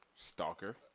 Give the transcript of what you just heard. Stalker